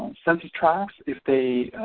census tracts if they